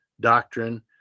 doctrine